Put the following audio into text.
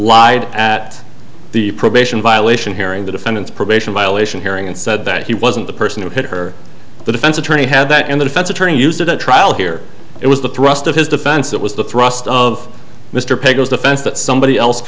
lied at the probation violation hearing the defendant's probation violation hearing and said that he wasn't the person who hit her the defense attorney had that and the defense attorney used it at trial here it was the thrust of his defense it was the thrust of mr pagan's defense that somebody else